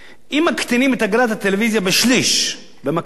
אם מקטינים את אגרת הטלוויזיה בשליש במכה אחת